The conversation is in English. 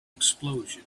explosion